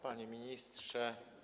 Panie Ministrze!